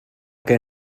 què